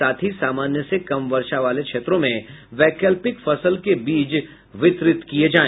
साथ ही सामान्य से कम वर्षा वाले क्षेत्रों में वैक्लपिक फसल के बीज वितरित किये जाए